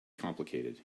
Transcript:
complicated